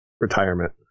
retirement